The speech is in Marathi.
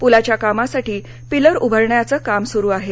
पुलाच्या कामासाठी पिलर उभारण्याचं काम सुरू आहे